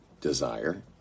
desire